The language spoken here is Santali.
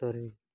ᱛᱟᱹᱨᱤ